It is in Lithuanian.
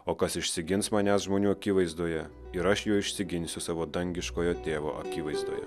o kas išsigins manęs žmonių akivaizdoje ir aš jo išsiginsiu savo dangiškojo tėvo akivaizdoje